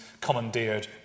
commandeered